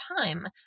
time